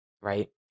Right